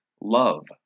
love